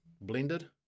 blended